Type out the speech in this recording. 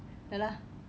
dah lah